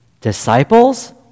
Disciples